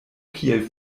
kiel